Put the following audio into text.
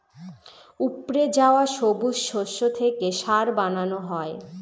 উপড়ে যাওয়া সবুজ শস্য থেকে সার বানানো হয়